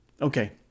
Okay